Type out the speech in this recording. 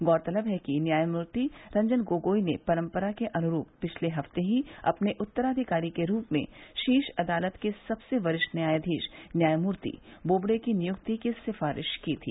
गौरतलब है कि न्यायमूर्ति रंजन गोगोई ने परम्परा के अनुरूप पिछते हफ्ते ही अपने उत्तराधिकारी के रूप में शीर्ष अदालत के सबसे वरिष्ठ न्यायाधीश न्यायमूर्ति बोबड़े की नियुक्ति की सिफ़ारिश की थी